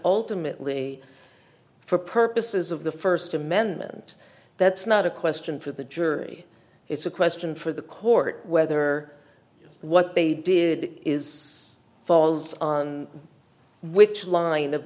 ultimately for purposes of the first amendment that's not a question for the jury it's a question for the court whether what they did is falls on which line